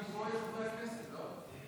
חברי הכנסת, לא?